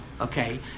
okay